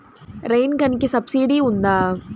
Rain గన్కి subsidy ఉందా?